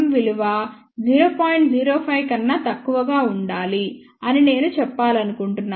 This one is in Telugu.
05 కన్నా తక్కువగా ఉండాలి అని నేను చెప్పాలనుకుంటున్నాను